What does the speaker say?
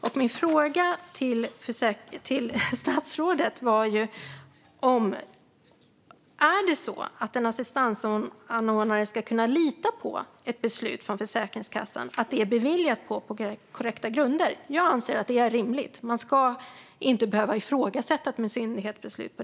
Jag vill ställa följande fråga till statsrådet. Ska en assistansanordnare kunna lita på att ett beslut från Försäkringskassan är fattat på korrekta grunder? Jag anser att det är rimligt. Man ska inte behöva ifrågasätta ett myndighetsbeslut.